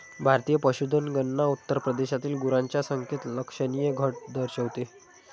भारतीय पशुधन गणना उत्तर प्रदेशातील गुरांच्या संख्येत लक्षणीय घट दर्शवते